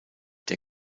der